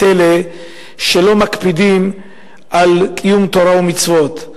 אלה שלא מקפידים על קיום תורה ומצוות.